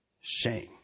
shame